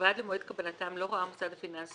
ועד ל מועד קבלתם לא ראה המוסד הפיננסי